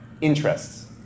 interests